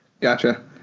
gotcha